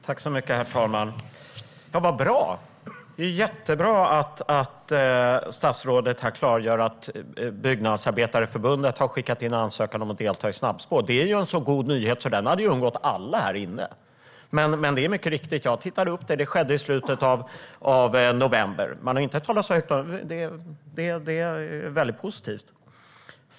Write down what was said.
Herr talman! Vad bra! Det är jättebra att statsrådet klargör att Byggnadsarbetareförbundet har skickat in en ansökan om att delta i snabbspår. Denna goda nyhet hade undgått alla här inne. Men jag har tittat efter, och det stämmer. Det skedde i slutet av november. Man har inte talat så högt om det, men det är väldigt positivt.